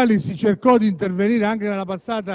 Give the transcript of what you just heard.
essere diverse, ma